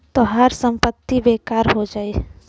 तोहार संपत्ति बेकार हो जाई